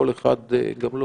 זה מה שאני תמיד אומרת.